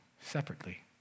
separately